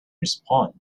response